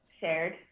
shared